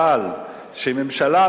אבל שממשלה,